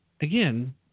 Again